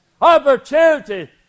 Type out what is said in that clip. Opportunity